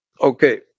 okay